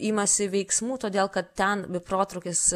imasi veiksmų todėl kad ten protrūkis